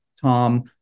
tom